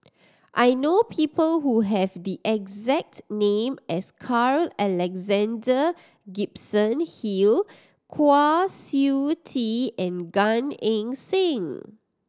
I know people who have the exact name as Carl Alexander Gibson Hill Kwa Siew Tee and Gan Eng Seng